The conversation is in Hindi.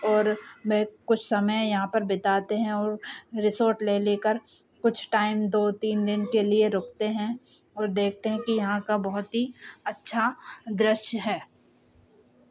और वह कुछ समय यहाँ पर बिताते हैं और रिसॉर्ट ले लेकर कुछ टाइम दो तीन दिन के लिए रुकते हैं और देखते हैं कि यहाँ का बहुत ही अच्छा दृश्य है